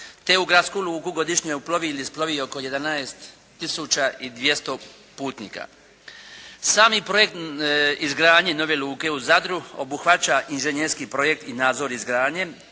te u gradsku luku godišnje uplovi ili isplovi oko 11 tisuća i 200 putnika. Sami projekt izgradnje nove luke u Zadru obuhvaća inženjerski projekt i nadzor izgradnje,